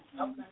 Okay